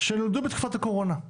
שנולדו בתקופת הקורונה,